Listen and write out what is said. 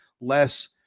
less